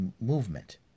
movement